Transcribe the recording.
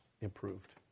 improved